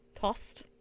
tossed